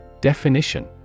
Definition